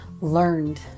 learned